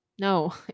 No